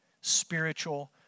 spiritual